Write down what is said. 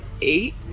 eight